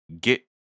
get